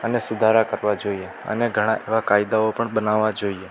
અને સુધારા કરવા જોઈએ અને ઘણા એવા કાયદાઓ પણ બનાવવા જોઈએ